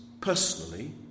personally